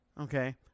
Okay